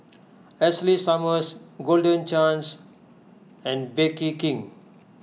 Ashley Summers Golden Chance and Bake King